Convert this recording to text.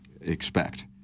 expect